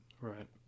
Right